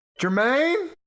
Jermaine